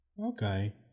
Okay